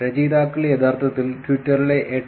രചയിതാക്കൾ യഥാർത്ഥത്തിൽ ട്വിറ്ററിലെ 8